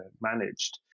managed